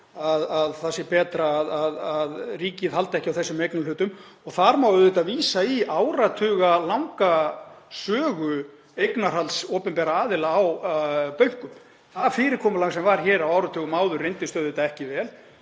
að það sé betra að ríkið haldi ekki á þessum eignarhlutum. Þar má auðvitað vísa í áratuga langa sögu eignarhalds opinberra aðila á bönkum. Það fyrirkomulag sem var hér á árum áður reyndist auðvitað ekki vel